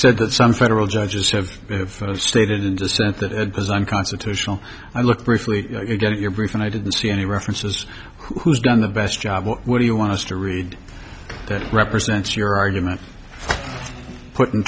said that some federal judges have stated in dissent that it was unconstitutional i looked briefly get your brief and i didn't see any references who's done the best job what do you want us to read that represents your argument put in